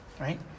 right